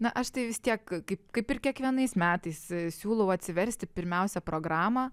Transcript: na aš tai vis tiek kaip kaip ir kiekvienais metais siūlau atsiversti pirmiausia programą